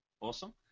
Awesome